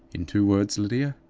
in two words, lydia,